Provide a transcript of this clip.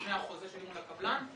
ולפני החוזה שמול הקבלן.